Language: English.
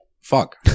Fuck